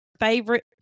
favorite